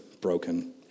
broken